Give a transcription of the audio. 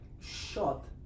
shot